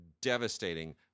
devastating